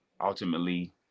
ultimately